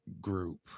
group